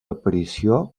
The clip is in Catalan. aparició